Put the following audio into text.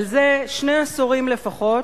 אבל זה שני עשורים לפחות,